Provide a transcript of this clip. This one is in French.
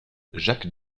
jacques